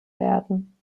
werden